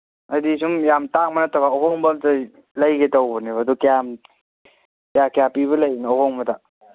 ꯑꯩꯗꯤ ꯁꯨꯝ ꯌꯥꯝ ꯇꯥꯡꯕ ꯅꯠꯇꯕ ꯑꯍꯣꯡꯕ ꯑꯝꯇ ꯂꯩꯒꯦ ꯇꯧꯕꯅꯦꯕ ꯑꯗꯨ ꯀꯌꯥꯝ ꯀꯌꯥ ꯀꯌꯥ ꯄꯤꯕ ꯂꯩꯔꯤꯅꯣ ꯑꯍꯣꯡꯕꯗ